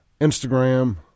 Instagram